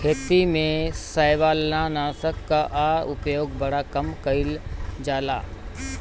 खेती में शैवालनाशक कअ उपयोग बड़ा कम कइल जाला